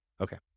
Okay